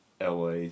LA